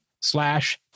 slash